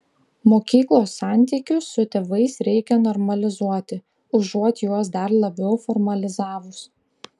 mokyklos santykius su tėvais reikia normalizuoti užuot juos dar labiau formalizavus